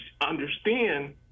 understand